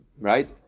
right